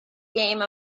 game